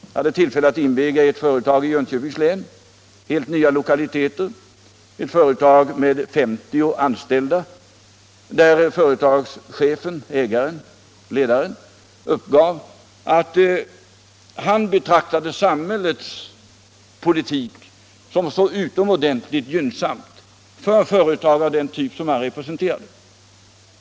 Jag hade tillfälle att inviga ett företag i Jönköpings län med helt nya lokaliteter — ett företag med 50 anställda, där företagschefenägaren uppgav att han ansåg samhällets politik vara utomordentligt gynnsam för företag av den typ som han representerade.